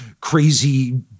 crazy